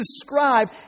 describe